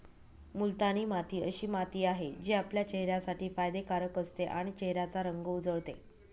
मुलतानी माती अशी माती आहे, जी आपल्या चेहऱ्यासाठी फायदे कारक असते आणि चेहऱ्याचा रंग उजळते